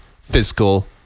fiscal